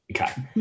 Okay